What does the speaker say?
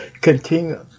Continue